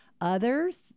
Others